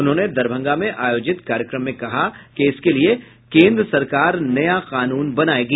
उन्होंने दरभंगा में आयोजित कार्यक्रम में कहा कि इसके लिये केंद्र सरकार नया कानून बनायेगी